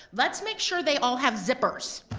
let's make sure they all have zippers.